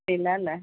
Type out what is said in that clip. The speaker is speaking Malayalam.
ഇല്ല അല്ലേ